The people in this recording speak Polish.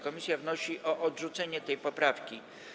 Komisja wnosi o odrzucenie tej poprawki.